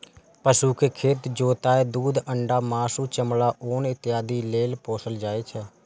पशु कें खेत जोतय, दूध, अंडा, मासु, चमड़ा, ऊन इत्यादि लेल पोसल जाइ छै